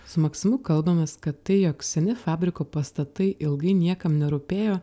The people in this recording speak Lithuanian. su maksimu kalbamės kad tai jog seni fabriko pastatai ilgai niekam nerūpėjo